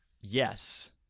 Yes